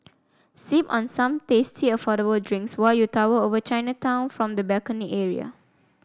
sip on some tasty affordable drinks while you tower over Chinatown from the balcony area